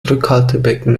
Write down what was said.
rückhaltebecken